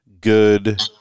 good